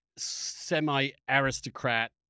semi-aristocrat